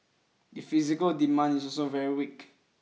the physical demand is also very weak